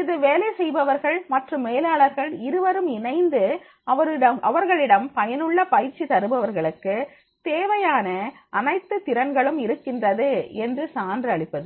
இது வேலை செய்பவர்கள் மற்றும் மேலாளர்கள் இருவரும் இணைந்து அவர்களிடம் பயனுள்ள பயிற்சி தருபவர்களுக்கு தேவையான அனைத்து திறன்களும் இருக்கின்றது என்று சான்று அளிப்பது